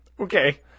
Okay